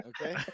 Okay